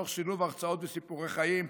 תוך שילוב הרצאות וסיפורי חיים,